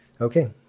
Okay